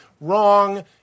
wrong –